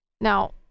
Now